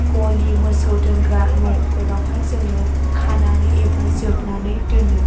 गलि मोसौ दोनग्रा न'फोरावहाय जोङो खानानै एबा जोबनानै दोनो